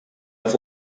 auf